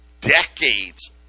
decades